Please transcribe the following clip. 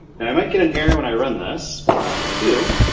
now i might get an error when i run this and i do.